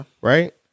right